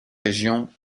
région